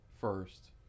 first